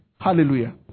Hallelujah